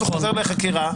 כשהוא חוזר לחקירה